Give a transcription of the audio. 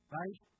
right